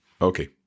Okay